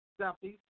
Southeast